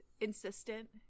insistent